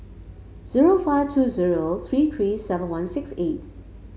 zero five two zero three three seven one six eight